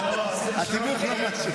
התיווך לא משהו.